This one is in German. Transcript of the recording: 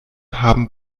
haben